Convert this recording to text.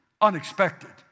unexpected